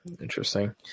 Interesting